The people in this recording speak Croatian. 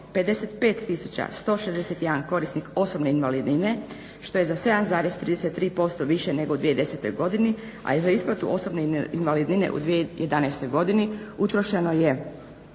161 korisnik osobne invalidnine što je za 7,33% više nego u 2010. godini, a i za isplatu osobne invalidnine u 2011. godini utrošeno je